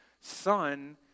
son